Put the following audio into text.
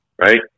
Right